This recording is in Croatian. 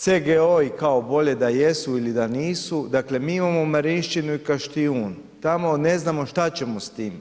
CGO i kao bolje da jesu ili da nisu, dakle mi imamo Marišćinu i Kaštijun tamo ne znamo šta ćemo s tim.